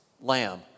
lamb